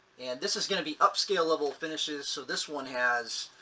and this is going to be upscale level finishes. so this one has.